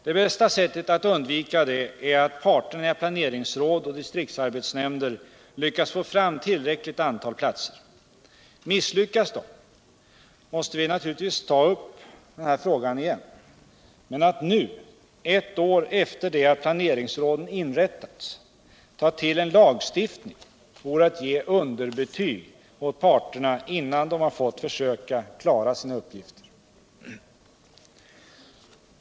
Det bästa sättet att undvika det är att parterna i planeringsråd och distriktsarbetsnämnder lyckas få fram ot tillräckligt antal platser. Misslyckas det måste vi naturligtvis ta upp frågan igen. Men att nu, ett år efter det att planeringsråden inrättats, ta till en lagstiftning vore att ge underbetyg åt parterna, innan de har fått försöka klara sina uppgifter.